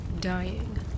dying